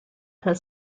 had